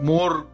More